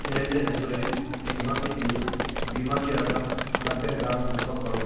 health insurance بیمہ کے لیے بیمہ کی رقم نبے ہزار منتخب کرو